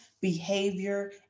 behavior